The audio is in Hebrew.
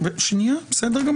בסדר.